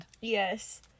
Yes